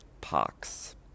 pox